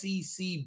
SEC